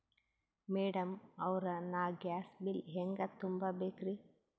Madam ಅವ್ರ, ನಾ gas bill ಹೆಂಗ ತುಂಬಾ ಬೇಕ್ರಿ?